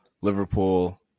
Liverpool